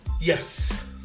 Yes